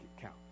count